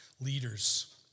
leaders